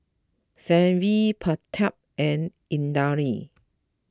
Sanjeev Pratap and Indranee